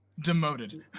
Demoted